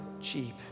cheap